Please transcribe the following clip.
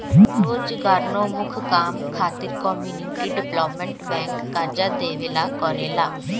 रोजगारोन्मुख काम खातिर कम्युनिटी डेवलपमेंट बैंक कर्जा देवेला करेला